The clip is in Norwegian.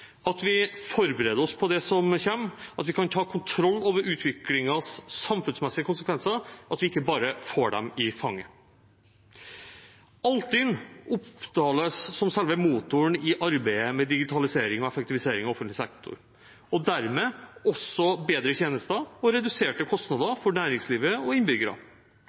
at vi forbereder oss på det som kommer, at vi kan ta kontroll over utviklingens samfunnsmessige konsekvenser og ikke bare får dem i fanget. Altinn omtales som selve motoren i arbeidet med digitalisering og effektivisering av offentlig sektor – og dermed også bedre tjenester og reduserte kostnader for næringslivet og